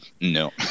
No